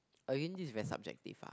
again this is very subjective lah